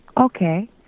Okay